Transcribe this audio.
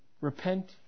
repent